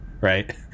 right